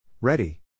Ready